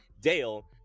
Dale